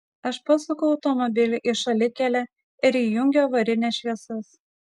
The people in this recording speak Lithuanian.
aš pasuku automobilį į šalikelę ir įjungiu avarines šviesas